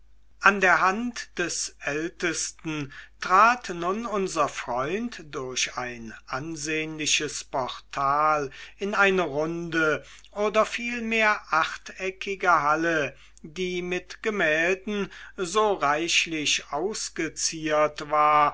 an der hand des ältesten trat nun unser freund durch ein ansehnliches portal in eine runde oder vielmehr achteckige halle die mit gemälden so reichlich ausgeziert war